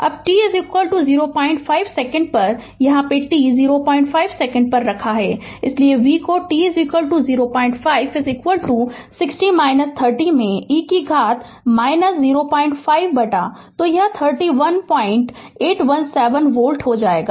अब t 05 second पर यहाँ t 05 सेकंड पर रखें इसलिए v को t 05 60 - 30 में e कि घात - 05 बटा तो यह 31817 वोल्ट हो जाएगा